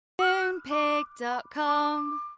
Moonpig.com